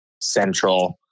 central